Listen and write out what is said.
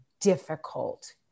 difficult